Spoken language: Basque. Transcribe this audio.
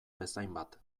bezainbat